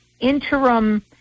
interim